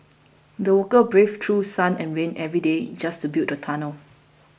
the workers braved through sun and rain every day just to build the tunnel